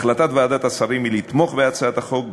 החלטת ועדת השרים היא לתמוך בהצעת החוק,